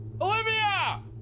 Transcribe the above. Olivia